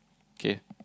okay